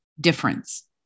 difference